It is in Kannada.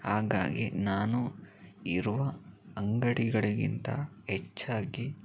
ಹಾಗಾಗಿ ನಾನು ಇರುವ ಅಂಗಡಿಗಳಿಗಿಂತ ಹೆಚ್ಚಾಗಿ